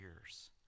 years